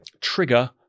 trigger